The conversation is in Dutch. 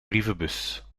brievenbus